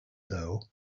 though